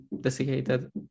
desiccated